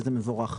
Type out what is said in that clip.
וזה מבורך.